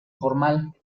formal